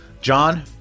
John